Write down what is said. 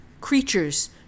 creatures